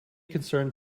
concerned